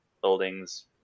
buildings